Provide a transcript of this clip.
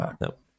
Nope